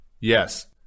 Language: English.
Yes